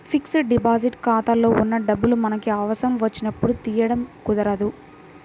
fixed deposit ఖాతాలో ఉన్న డబ్బులు మనకి అవసరం వచ్చినప్పుడు తీయడం కుదరదు